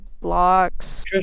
blocks